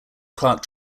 clerk